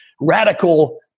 radical